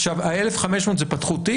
ה-1,500 זה פתחו תיק?